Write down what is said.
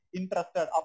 interested